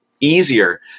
easier